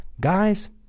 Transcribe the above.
guys